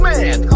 Man